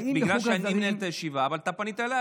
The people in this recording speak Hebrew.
אבל בגלל שאני מנהל את הישיבה ואתה פנית אליי,